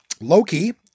Loki